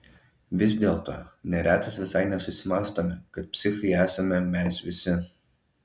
vis dėlto neretas visai nesusimąstome kad psichai esame mes visi